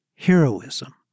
heroism